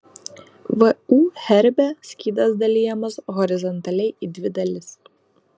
vu herbe skydas dalijamas horizontaliai į dvi dalis